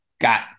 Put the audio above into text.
got